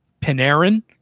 Panarin